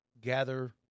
gather